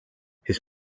his